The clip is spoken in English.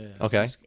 Okay